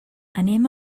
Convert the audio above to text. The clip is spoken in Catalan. anem